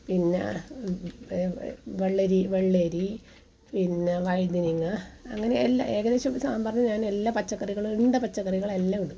പിന്നെ വെ വെള്ളരി വെള്ളരി പിന്നെ വഴുതനങ്ങ അങ്ങനെയെല്ലാം ഏകദേശം സാമ്പാറിന് ഞാൻ എല്ലാ പച്ചക്കറികളും ഇണ്ട പച്ചക്കറികളെല്ലാം ഇടും